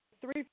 three